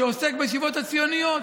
שעוסק בישיבות הציוניות.